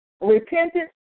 Repentance